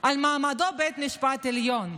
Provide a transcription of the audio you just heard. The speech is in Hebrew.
ועל מעמדו של בית המשפט העליון?